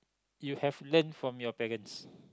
you have learned from your parents